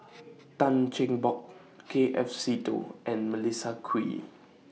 Tan Cheng Bock K F Seetoh and Melissa Kwee